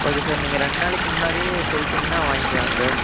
okay sir நீங்கள் ரெண்டு நாளைக்கு முன்னாடியே சொல்லிட்டீங்கன்னா வாங்கிக்கலாம் சார்